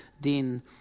den